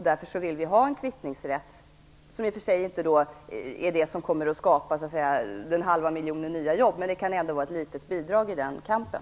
Därför vill vi ha en kvittningsrätt, som i och för sig inte är det som kommer att skapa den halva miljonen nya jobb men ändå kan vara ett litet bidrag i den kampen.